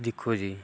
दिक्खो जी